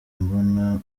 mbona